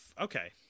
Okay